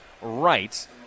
right